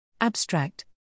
Abstract